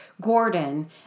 Gordon